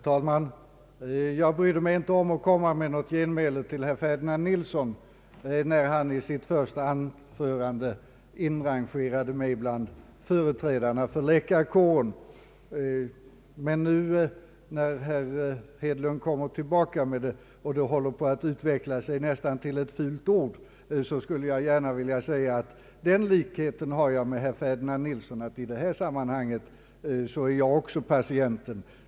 Herr talman! Jag brydde mig inte om att komma med något genmäle till herr Ferdinand Nilsson, när han i sitt första anförande inrangerade mig bland företrädarna för läkarkåren. Men när nu herr Hedlund upprepat samma påstående och det håller på att utveckla sig nästan till ett fult ord, så vill jag säga att jag har den likheten med herr Ferdinand Nilsson att jag i detta sammanhang också är patient.